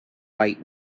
fight